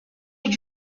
your